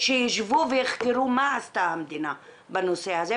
שיישבו ויחקרו מה עשתה המדינה בנושא הזה,